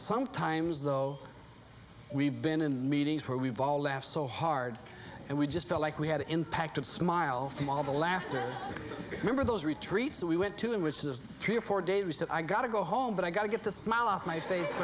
sometimes though we've been in meetings where we've all laughed so hard and we just felt like we had the impact of smile from all the laughter remember those retreats that we went to and which is three or four days that i got to go home but i got to get the smile off my face